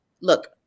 look